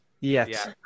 Yes